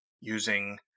using